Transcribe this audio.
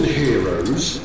heroes